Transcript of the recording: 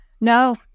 No